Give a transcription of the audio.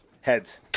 heads